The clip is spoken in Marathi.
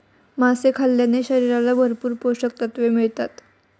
मासे खाल्ल्याने शरीराला भरपूर पोषकतत्त्वे मिळतात